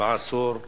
בעשור הקרוב.